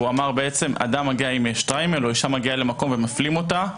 הוא אמר: אדם מגיע עם שטריימל או אשה מגיעה למקום ומפלים אותה.